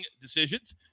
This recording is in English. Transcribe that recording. decisions